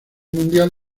mundial